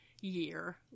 year